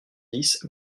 dix